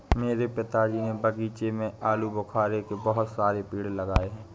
मेरे पिताजी ने बगीचे में आलूबुखारे के बहुत सारे पेड़ लगाए हैं